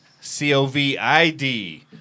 c-o-v-i-d